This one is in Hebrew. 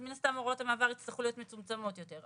אז מן הסתם הוראות המעבר יצטרכו להיות מצומצמות יותר.